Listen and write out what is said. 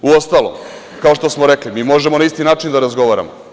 Uostalom, kao št smo rekli, mi možemo na isti način da razgovaramo.